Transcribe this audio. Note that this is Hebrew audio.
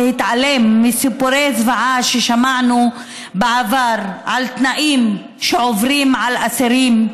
להתעלם מסיפורי זוועה ששמענו בעבר על תנאים של אסירים,